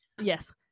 Yes